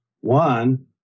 One